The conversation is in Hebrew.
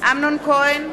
אמנון כהן,